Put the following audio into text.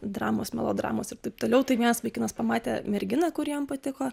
dramos melodramos ir taip toliau tai vienas vaikinas pamatė merginą kuri jam patiko